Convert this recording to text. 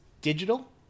digital